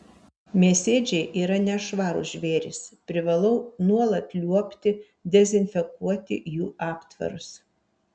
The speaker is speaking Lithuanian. mėsėdžiai yra nešvarūs žvėrys privalau nuolat liuobti dezinfekuoti jų aptvarus